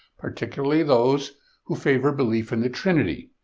particularly those who favor belief in the trinity,